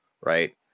right